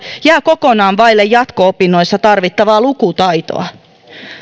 jää kokonaan vaille jatko opinnoissa tarvittavaa lukutaitoa